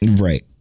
Right